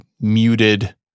muted